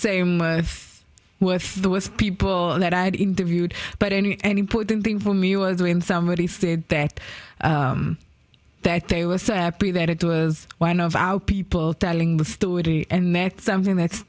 same with the worst people that i had interviewed but any and important thing for me was when somebody said that that they were so happy that it was one of our people telling the story and that's something that